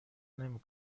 نمی